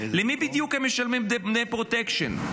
למי בדיוק הם משלמים דמי פרוטקשן,